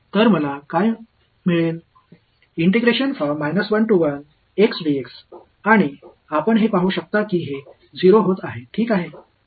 तर मला काय मिळेल आणि आपण हे पाहू शकता की हे 0 होत आहे ठीक आहे